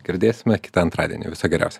girdėsime kitą antradienį viso geriausio